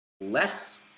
less